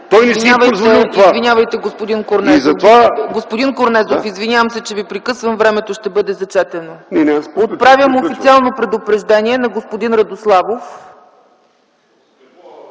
Той не си е позволил това. ПРЕДСЕДАТЕЛ ЦЕЦКА ЦАЧЕВА: Господин Корнезов, извинявам се, че Ви прекъсвам, времето ще бъде зачетено. Отправям официално предупреждение на господин Радославов